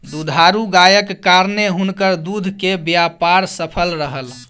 दुधारू गायक कारणेँ हुनकर दूध के व्यापार सफल रहल